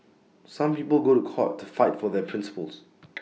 some people go to court to fight for their principles